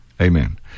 Amen